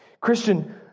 Christian